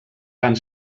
van